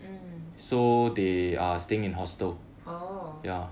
mm oh